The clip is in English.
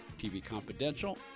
tvconfidential